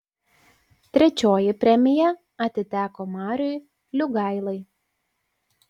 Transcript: trečioji premija atiteko mariui liugailai